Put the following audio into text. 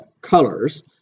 colors